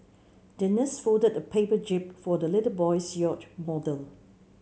the nurse folded a paper jib for the little boy's yacht model